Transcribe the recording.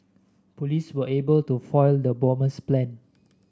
police were able to foil the bomber's plans